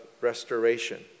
restoration